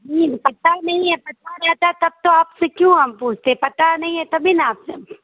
نہیں پتہ نہیں ہے پتہ رہتا ہے تب تو آپ سے کیوں ہم پوچھتے پتہ نہیں ہے تبھی نا آپ سے ہم